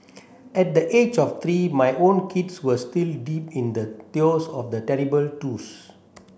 at the age of three my own kids were still deep in the throes of the terrible twos